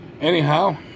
Anyhow